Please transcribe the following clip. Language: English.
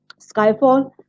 Skyfall